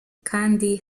kandi